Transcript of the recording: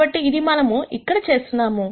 కాబట్టి అది మనం ఇక్కడ చేస్తున్నాము